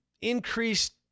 increased